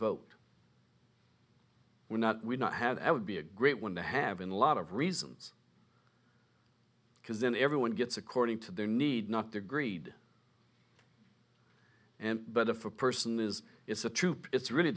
vote we're not we not have at would be a great one to have in a lot of reasons because then everyone gets according to their need not their greed and but if a person is it's a troop it's really